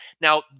Now